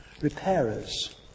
repairers